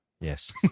Yes